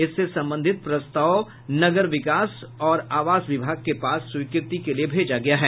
इससे संबंधित प्रस्ताव का नगर विकास और आवास विभाग के पास स्वीकृति के लिए भेजा गया है